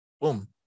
boom